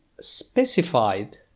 specified